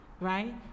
right